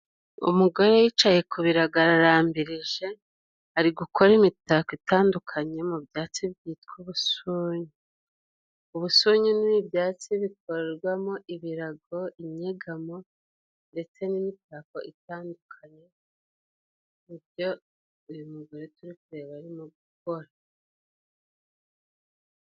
Umugore yicaye ku birago ararambirije, ari gukora imitako itandukanye mu byatsi byitwa ubusuni. Ubusuni ni ibyatsi bikorwamo ibirago, inyegamo ndetse n'imitako itandukanye. Ni byo uyu mugore turi kureba arimo gukora.